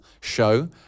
show